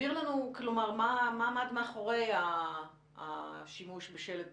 תסביר לנו מה עמד מאחורי השימוש בשלט